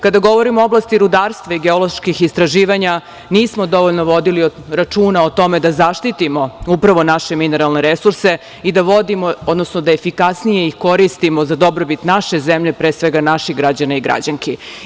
Kada govorimo o oblasti rudarstva i geoloških istraživanja, nismo dovoljno vodili računa o tome da zaštitimo upravo naše mineralne resurse i da vodimo, odnosno da efikasnije ih koristimo za dobrobit naše zemlje, pre svega naših građana i građanki.